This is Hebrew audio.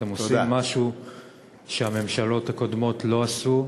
אתם עושים משהו שהממשלות הקודמות לא עשו,